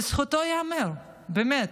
לזכותו ייאמר, באמת,